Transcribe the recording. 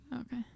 Okay